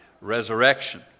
resurrection